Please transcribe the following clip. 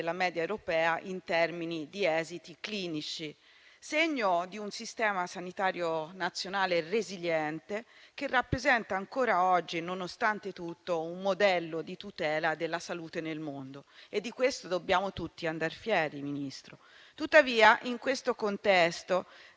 della media europea in termini di esiti clinici, segno di un sistema sanitario nazionale resiliente, che rappresenta ancora oggi, nonostante tutto, un modello di tutela della salute nel mondo. Signor Ministro, di questo dobbiamo tutti andar fieri. Tuttavia, in questo contesto,